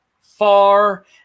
far